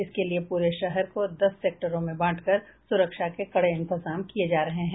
इसके लिए पूरे शहर को दस सेक्टरों में बांट कर सुरक्षा के कड़े इंतजाम किये जा रहे हैं